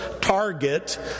target